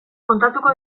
kontatuko